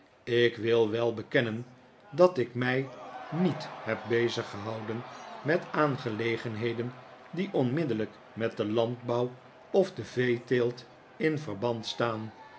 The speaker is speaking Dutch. ik wil wel bekend en dat ik mij niet heb beziggehouden met aangelegenheden die onmiddellijk met dec landbouw of de veeteelt in verband staan